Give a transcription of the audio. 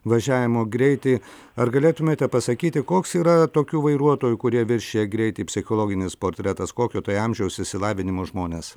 važiavimo greitį ar galėtumėte pasakyti koks yra tokių vairuotojų kurie viršija greitį psichologinis portretas kokio tai amžiaus išsilavinimo žmonės